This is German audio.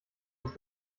muss